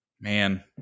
Man